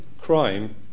crime